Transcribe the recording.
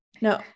No